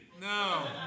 No